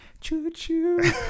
Choo-choo